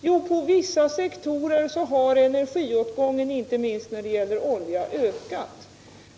Jo, på vissa sektorer har energiåtgången ökat, inte minst när det gäller olja.